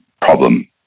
problem